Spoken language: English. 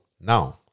now